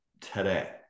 today